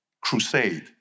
crusade